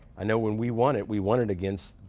i know when we won it, we won it against